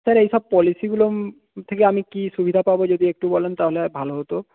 sir এইসব পলিসিগুলো থেকে আমি কী সুবিধা পাবো যদি একটু বলেন তাহলে ভালো হত